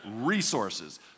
resources